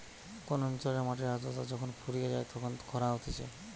কোন অঞ্চলের মাটির আদ্রতা যখন ফুরিয়ে যায় তখন খরা হতিছে